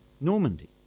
Normandy